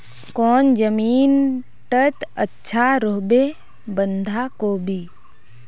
कौन जमीन टत अच्छा रोहबे बंधाकोबी?